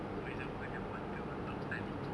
for example if the water on top start leaking